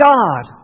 God